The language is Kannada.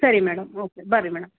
ಸರಿ ಮೇಡಮ್ ಓಕೆ ಬನ್ರಿ ಮೇಡಮ್